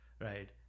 right